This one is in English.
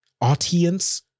audience